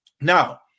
Now